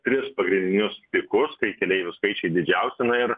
tris pagrindinius pikus kai keleivių skaičiai didžiausi na ir